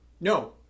no